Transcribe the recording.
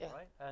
right